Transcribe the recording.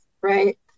right